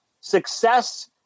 Success